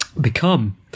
become